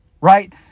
right